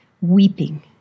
weeping